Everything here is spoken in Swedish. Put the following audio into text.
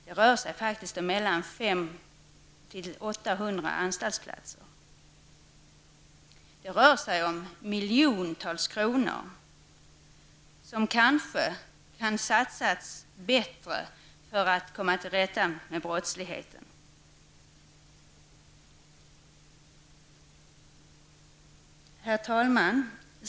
Det rör sig faktiskt om 500--800 anstaltsplatser. Det rör sig om miljontals kronor som kanske kan satsas bättre för att man skall komma till rätta med brottsligheten. Herr talman!